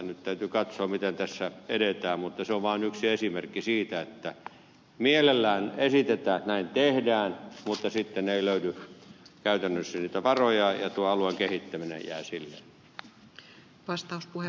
nyt täytyy katsoa miten tässä edetään mutta se on vaan yksi esimerkki siitä että mielellään esitetään että näin tehdään mutta sitten ei löydy käytännössä niitä varoja ja tuo alueen kehittäminen jää silleen